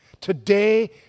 today